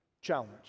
Challenge